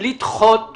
לדחות בחודש.